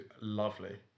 lovely